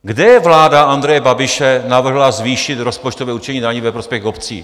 Kde vláda Andreje Babiše navrhla zvýšit rozpočtové určení daní ve prospěch obcí?